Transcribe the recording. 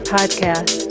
podcast